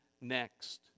next